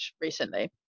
recently